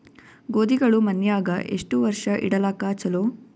ಗೋಧಿಗಳು ಮನ್ಯಾಗ ಎಷ್ಟು ವರ್ಷ ಇಡಲಾಕ ಚಲೋ?